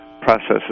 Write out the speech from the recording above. processes